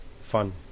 fun